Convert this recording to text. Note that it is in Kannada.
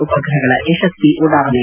ಉಪಗ್ರಹಗಳ ಯಶಸ್ವಿ ಉಡಾವಣೆ